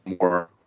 more